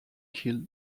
kill